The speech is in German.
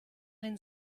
einen